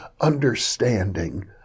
understanding